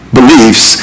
beliefs